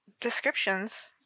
descriptions